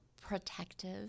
protective